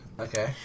Okay